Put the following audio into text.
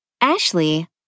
Ashley